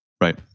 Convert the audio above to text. Right